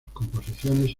composiciones